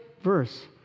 verse